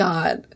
God